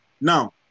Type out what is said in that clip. Now